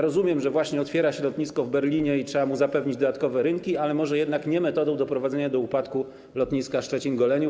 Rozumiem, że właśnie otwiera się lotnisko w Berlinie i trzeba mu zapewnić dodatkowe rynki, ale może jednak nie metodą doprowadzenia do upadku lotniska Szczecin-Goleniów.